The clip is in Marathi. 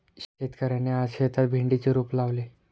शेतकऱ्याने आज शेतात भेंडीचे रोप लावले